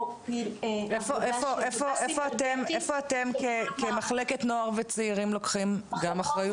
איפה אתם כמחלקת נוער וצעירים לוקחים גם אחריות?